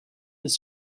this